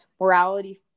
morality